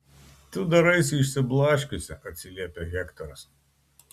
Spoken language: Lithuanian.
tu daraisi išsiblaškiusi atsiliepia hektoras